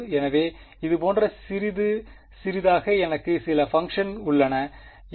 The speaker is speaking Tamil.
எனவே இது போன்ற சிறிது சிறிதாக எனக்கு சில பங்க்ஷன் உள்ளது இது